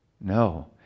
No